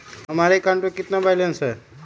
हमारे अकाउंट में कितना बैलेंस है?